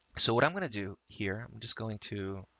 so what i'm going to do here, i'm just going to,